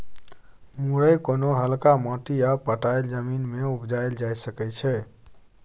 मुरय कोनो हल्का माटि आ पटाएल जमीन मे उपजाएल जा सकै छै